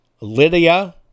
Lydia